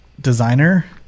designer